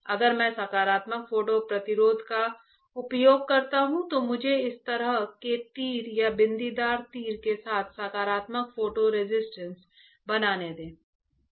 अगर मैं सकारात्मक फोटो प्रतिरोध का उपयोग करता हूं तो मुझे इस तरह के तीर या बिंदीदार तीर के साथ सकारात्मक फोटो रेसिस्ट बनाने दें